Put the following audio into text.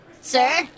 Sir